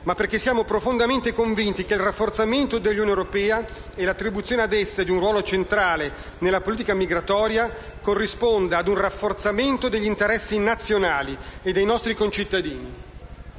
ma perché siamo profondamente convinti che il rafforzamento dell'Unione europea e l'attribuzione ad essa di un ruolo centrale nella politica migratoria corrisponda ad un rafforzamento degli interessi nazionali e dei nostri concittadini.